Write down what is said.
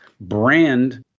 brand